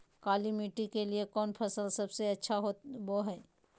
काली मिट्टी के लिए कौन फसल सब से अच्छा होबो हाय?